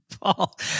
Paul